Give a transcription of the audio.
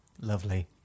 Lovely